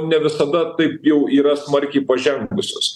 ne visada taip jau yra smarkiai pažengusios